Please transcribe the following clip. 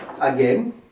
again